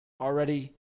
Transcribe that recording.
already